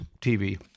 TV